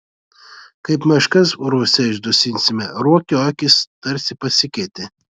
kaip meškas urvuose išdusinsime ruokio akys tarsi pasikeitė